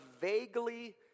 vaguely